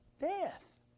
death